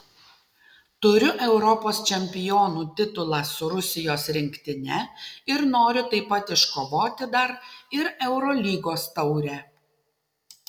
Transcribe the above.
turiu europos čempionų titulą su rusijos rinktine ir noriu taip pat iškovoti dar ir eurolygos taurę